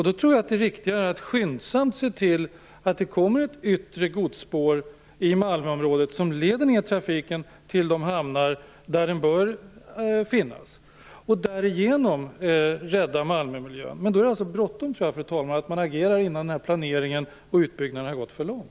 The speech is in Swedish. Då tror jag att det är riktigare att skyndsamt se till att det kommer ett yttre godsspår i Malmöområdet, som leder ned trafiken till de hamnar där den bör finnas och därigenom räddar Malmömiljön. Men då tror jag att det är bråttom, fru talman. Man måste agera innan planeringen och utbyggnaden har gått för långt.